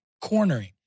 cornering